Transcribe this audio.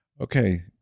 Okay